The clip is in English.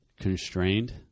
constrained